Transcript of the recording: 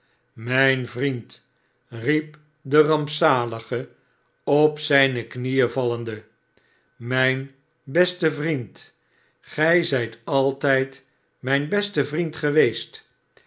mijn vriend riep de rampzalige op zijne knieen vallende mijn beste vriend gij zijt altijd mijn beste vriend geweest